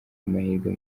amahirwe